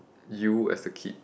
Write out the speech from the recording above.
you as a kid